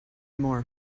more